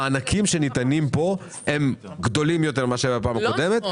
המענקים שניתנים כאן הם גדולים יותר מאשר היו בפעם הקודמת.